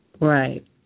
Right